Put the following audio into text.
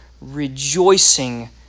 rejoicing